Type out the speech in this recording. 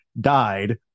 died